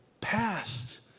past